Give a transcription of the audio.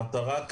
המטרה היא